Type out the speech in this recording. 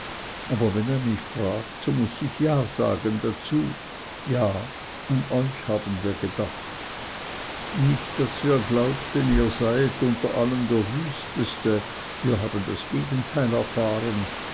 aber wenn ihr mich fragt so muß ich ja dazu sagen ja an euch haben wir gedacht nicht daß wir glaubten ihr seiet unter allen der wüsteste wir haben das gegenteil erfahren